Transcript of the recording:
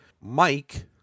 Mike